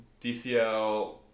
DCL